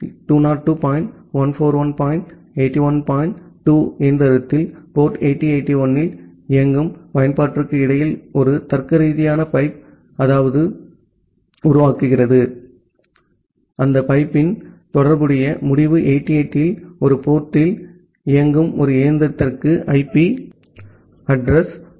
2 இயந்திரத்தில் போர்ட் 8081 இல் இயங்கும் பயன்பாட்டிற்கு இடையில் ஒரு தர்க்கரீதியான பைப் உருவாக்குகிறது அந்த பைப்யின் தொடர்புடைய முடிவு 8080 இல் ஒரு போர்ட் ல் இயங்கும் ஒரு இயந்திரத்திற்கு ஐபி அட்ரஸ் 203